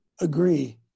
agree